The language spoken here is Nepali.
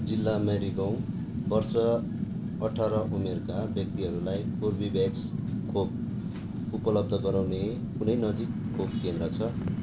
जिल्ला मारिगाउँ वर्ष अठार उमेरका व्यक्तिहरूलाई कर्बेभ्याक्स खोप उपलब्ध गराउने कुनै नजिकैको खोप केन्द्र छ